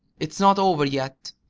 it's not over yet!